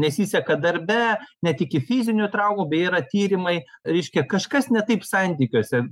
nesiseka darbe net iki fizinių traumų beje yra tyrimai reiškia kažkas ne taip santykiuose